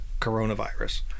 coronavirus